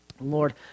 Lord